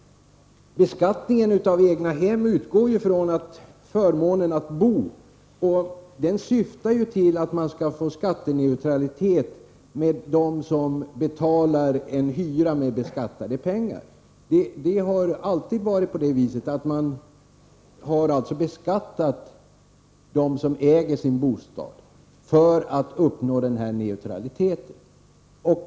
Beskattningen av egnahem utgår ju från förmånen att bo, och den syftar ju till att man skall få skatteneutralitet jämfört med dem som betalar en hyra med beskattade pengar. Det har alltid varit så att man beskattat dem som äger sin bostad för att man skall uppnå denna neutralitet.